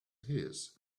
his